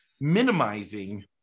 minimizing